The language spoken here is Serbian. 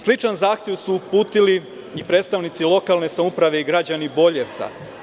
Sličan zahtev su uputili i predstavnici lokalne samouprave i građani Boljevca.